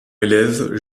élèves